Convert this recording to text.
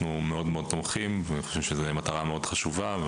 אנחנו מאוד תומכים וחושבים שזאת מטרה מאוד חשובה,